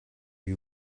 you